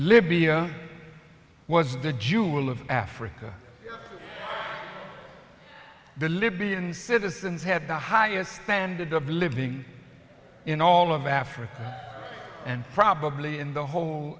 of africa the libyan citizens had the highest standard of living in all of africa and probably in the whole